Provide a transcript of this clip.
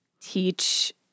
teach